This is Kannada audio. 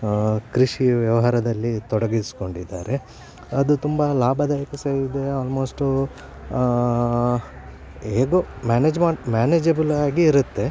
ಕೃಷಿ ವ್ಯವಹಾರದಲ್ಲಿ ತೊಡಗಿಸ್ಕೊಂಡಿದ್ದಾರೆ ಅದು ತುಂಬಾ ಲಾಭದಾಯಕ ಸಹ ಇದೆ ಆಲ್ಮೋಸ್ಟ್ ಹೇಗೊ ಮ್ಯಾನೇಜ್ ಮ ಮ್ಯಾನೆಜೆಬಲ್ ಆಗಿ ಇರುತ್ತೆ